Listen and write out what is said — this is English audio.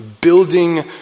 building